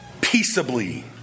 peaceably